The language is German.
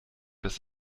das